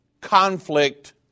conflict